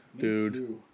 dude